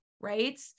right